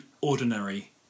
ordinary